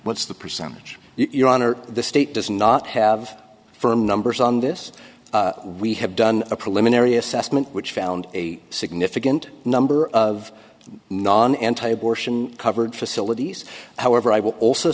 what's the percentage your honor the state does not have firm numbers on this we have done a preliminary assessment which found a significant number of non anti abortion covered facilities however i will also